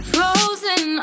Frozen